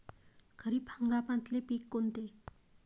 खरीप हंगामातले पिकं कोनते?